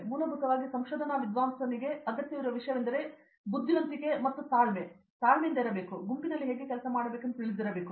ಮೂಲಭೂತವಾಗಿ ಸಂಶೋಧನಾ ವಿದ್ವಾಂಸನಿಗೆ ಅಗತ್ಯವಿರುವ ವಿಷಯವೆಂದರೆ ಅವರು ಬುದ್ಧಿವಂತಿಕೆ ಮತ್ತು ಎಲ್ಲವನ್ನೂ ಹೊಂದಿದ್ದರೂ ಸಹ ತಾಳ್ಮೆಯಿಂದಿರಬೇಕು ಏಕೆಂದರೆ ಅವರು ಗುಂಪಿನಲ್ಲಿ ಹೇಗೆ ಕೆಲಸ ಮಾಡಬೇಕೆಂದು ತಿಳಿದಿರಬೇಕು